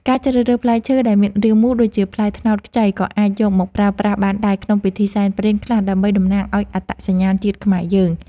ការជ្រើសរើសផ្លែឈើដែលមានរាងមូលដូចជាផ្លែត្នោតខ្ចីក៏អាចយកមកប្រើប្រាស់បានដែរក្នុងពិធីសែនព្រេនខ្លះដើម្បីតំណាងឱ្យអត្តសញ្ញាណជាតិខ្មែរយើង។